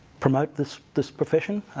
promote this this profession,